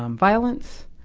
um violence,